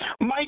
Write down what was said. Mike